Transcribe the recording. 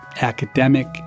academic